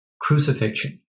crucifixion